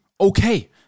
Okay